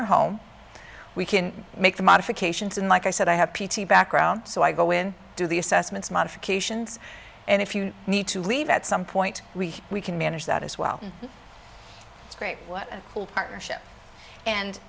your home we can make the modifications and like i said i have p t background so i go in do the assessments modifications and if you need to leave at some point we can manage that as well it's great partnership and